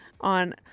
on